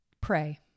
Pray